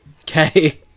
Okay